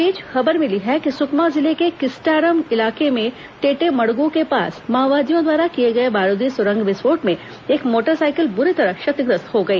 इस बीच खबर मिली है कि सुकमा जिले के किस्टारम इलाके में टेटेमड़गु के पास माओवादियों द्वारा किए गए बारूदी सुरंग विस्फोट में एक मोटरसाइकिल बुरी तरह क्षतिग्रस्त हो गई